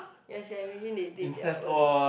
ya sia imagine they did their own